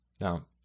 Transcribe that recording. Now